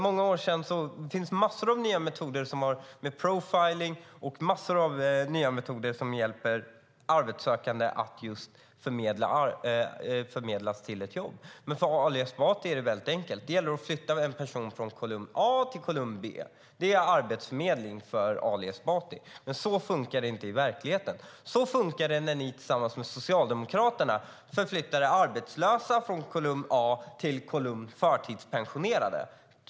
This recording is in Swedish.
Det finns massor av nya metoder, som profiling och en massa andra nya metoder, som hjälper arbetssökande att förmedlas till ett jobb. För Ali Esbati är det väldigt enkelt. Det gäller att flytta en person från kolumn A till kolumn B. Det är arbetsförmedling för Ali Esbati, men så funkar det inte i verkligheten. Så funkade det när ni tillsammans med Socialdemokraterna förflyttade arbetslösa från kolumn A till kolumn förtidspensionerade.